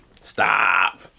Stop